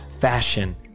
fashion